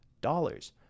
dollars